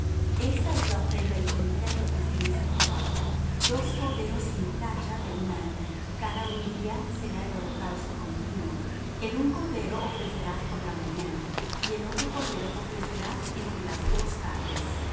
esta es la ofrenda encendida que ofreceréis á jehová dos corderos sin tacha de un año cada un día será el holocausto continuo el un cordero ofrecerás por la mañana y el otro cordero ofrecerás entre las dos tardes